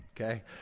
okay